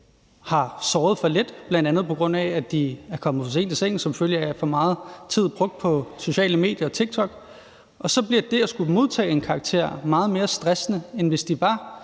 har sovet for lidt, bl.a. på grund af at de er kommet for sent i seng som følge af for meget tid brugt på sociale medier og TikTok. Så bliver det at skulle modtage en karakter meget mere stressende for dem, end hvis de var